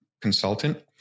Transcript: consultant